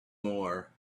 more